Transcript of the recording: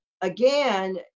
again